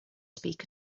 speak